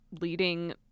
leading